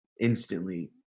instantly